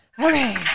Okay